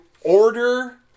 order